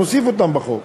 נוסיף אותם בחוק.